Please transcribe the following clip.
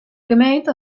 gemeente